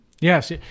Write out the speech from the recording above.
Yes